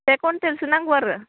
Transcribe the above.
एक कुविन्टेलसो नांगौ आरो